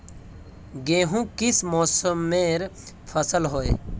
गेहूँ किस मौसमेर फसल होय?